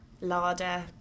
Larder